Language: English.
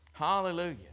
Hallelujah